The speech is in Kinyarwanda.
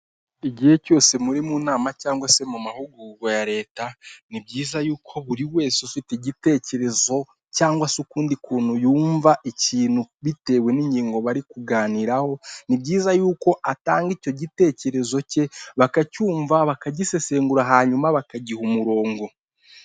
Igihe cyose muri mu nama cyangwa se mu mahugurwa ya leta, ni byiza yuko buri wese ufite igitekerezo cyangwa sekundi kuntu yumva ikintu bitewe n'ingingo bari kuganiraho, ni byiza yuko atanga icyo gitekerezo cye, bakacyumva bakagisesengura hanyuma bakagiha umurongo.